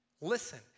listen